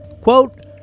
quote